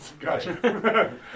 Gotcha